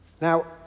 Now